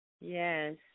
Yes